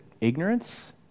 ignorance